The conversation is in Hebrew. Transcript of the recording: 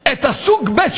רודים בחקלאים,